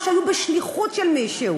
או שהיו בשליחות של מישהו,